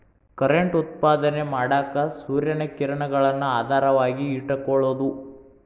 current ಉತ್ಪಾದನೆ ಮಾಡಾಕ ಸೂರ್ಯನ ಕಿರಣಗಳನ್ನ ಆಧಾರವಾಗಿ ಇಟಕೊಳುದು